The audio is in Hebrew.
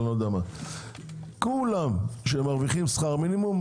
כל מי שמרוויח שכר מינימום,